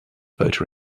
voter